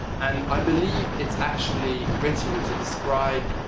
and i believe it's actually written to describe,